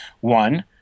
One